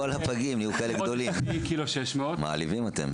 וכל הפגים נהיו כאלה גדולים, מעליבים אתם...